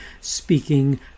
speaking